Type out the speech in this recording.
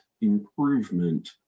improvement